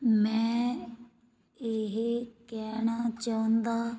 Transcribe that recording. ਮੈਂ ਇਹ ਕਹਿਣਾ ਚਾਹੁੰਦਾ